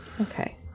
Okay